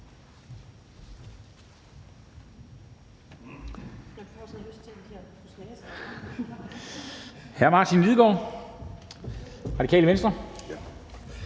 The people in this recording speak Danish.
Hr. Martin Lidegaard, Radikale Venstre.